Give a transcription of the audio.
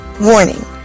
Warning